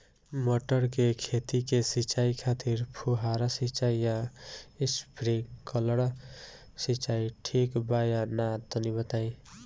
मटर के खेती के सिचाई खातिर फुहारा सिंचाई या स्प्रिंकलर सिंचाई ठीक बा या ना तनि बताई?